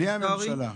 בלי הממשלה?